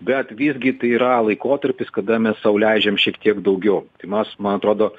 bet visgi tai yra laikotarpis kada mes sau leidžiam šiek tiek daugiau tai mes man atrodo